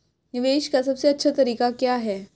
निवेश का सबसे अच्छा तरीका क्या है?